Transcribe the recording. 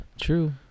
true